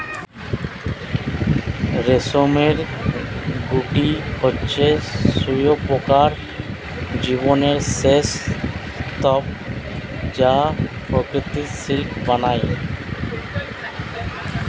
রেশমের গুটি হচ্ছে শুঁয়োপোকার জীবনের সেই স্তুপ যা প্রকৃত সিল্ক বানায়